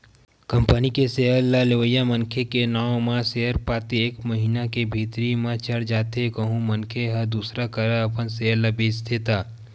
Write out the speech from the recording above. company के share ल लेवइया मनखे के नांव म सेयर पाती एक महिना के भीतरी म चढ़ जाथे कहूं मनखे ह दूसर करा अपन सेयर ल बेंचथे त